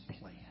plan